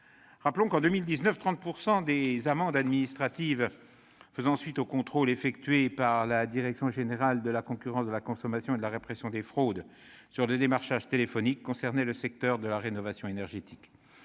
Rappelons que, en 2019, 30 % des amendes administratives faisant suite aux contrôles effectués par la direction générale de la concurrence, de la consommation et de la répression des fraudes sur le démarchage téléphonique concernaient le secteur de la rénovation énergétique.